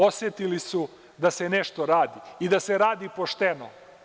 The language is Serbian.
Osetili su da se nešto radi i da se radi pošteno.